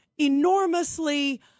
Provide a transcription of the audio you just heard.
enormously